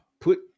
Put